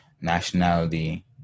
nationality